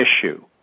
issue